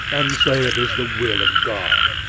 and say it is the will of god.